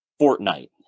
Fortnite